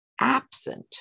Absent